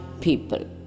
people